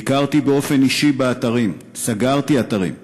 ביקרתי באופן אישי באתרים, סגרתי אתרים,